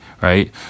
right